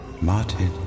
Martin